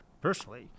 personally